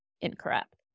incorrect